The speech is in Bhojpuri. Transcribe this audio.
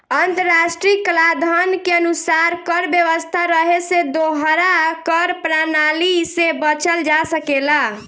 अंतर्राष्ट्रीय कलाधन के अनुसार कर व्यवस्था रहे से दोहरा कर प्रणाली से बचल जा सकेला